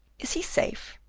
is he safe?